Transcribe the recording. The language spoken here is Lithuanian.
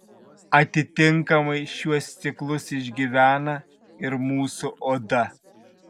atitinkamai šiuos ciklus išgyvena ir mūsų oda